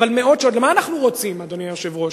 מה אנחנו רוצים, אדוני היושב-ראש?